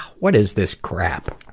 what is this crap?